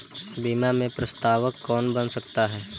बीमा में प्रस्तावक कौन बन सकता है?